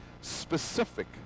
specific